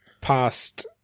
past